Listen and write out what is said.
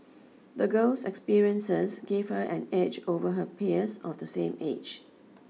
the girl's experiences gave her an edge over her peers of the same age